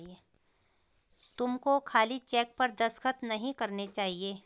तुमको खाली चेक पर दस्तखत नहीं करने चाहिए